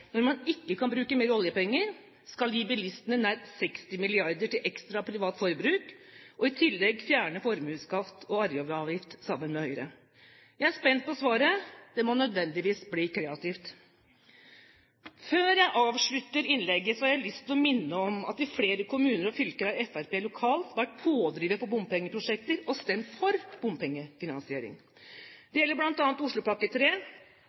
når man ikke kan bruke mer oljepenger, skal gi bilistene nær 60 mrd. kr til ekstra privat forbruk og i tillegg fjerne formuesskatt og arveavgift sammen med Høyre? Jeg er spent på svaret. Det må nødvendigvis bli kreativt. Før jeg avslutter innlegget, har jeg lyst til å minne om at i flere kommuner og fylker har Fremskrittspartiet lokalt vært pådrivere for bompengeprosjekter og stemt for bompengefinansiering. Det gjelder bl.a. Oslopakke